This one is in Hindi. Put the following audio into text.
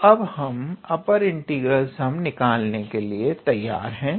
तो अब हम अपर इंटीग्रल सम निकालने के लिए तैयार हैं